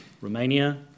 Romania